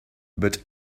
but